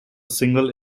single